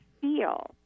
feel